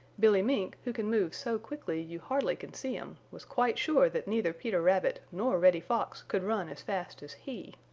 billy mink, who can move so quickly you hardly can see him, was quite sure that neither peter rabbit nor reddy fox could run as fast as he.